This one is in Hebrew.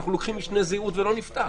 אנחנו לוקחים משנה זהירות ולא נפתח.